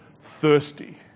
Thirsty